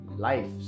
Life